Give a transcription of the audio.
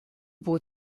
bot